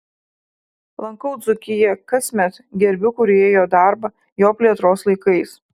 lankau dzūkiją kasmet gerbiu kūrėjo darbą jo plėtros laikais